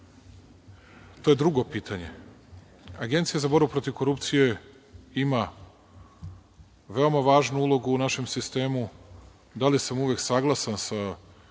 To je drugo pitanje. Agencija za borbu protiv korupcije ima veoma važnu ulogu u našem sistemu. Da li sam uvek saglasan sa